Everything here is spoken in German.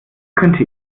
könnte